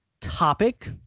topic